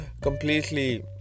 completely